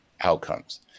outcomes